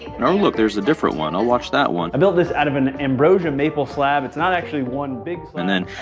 and oh, look, there's a different one. i'll watch that one i built this out of an ambrosia maple slab. it's not actually one big slab and then,